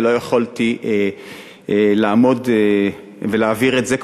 ולא יכולתי לעמוד ולהעביר את זה.